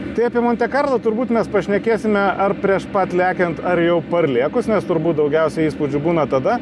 tai apie monte karlą turbūt mes pašnekėsime ar prieš pat lekiant ar jau parlėkus nes turbūt daugiausiai įspūdžių būna tada